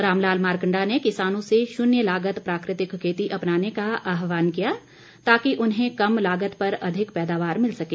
रामलाल मारकंडा ने किसानों से शून्य लागत प्राकृतिक खेती अपनाने का आहवान किया ताकि उन्हें कम लागत पर अधिक पैदावार मिल सके